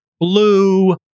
blue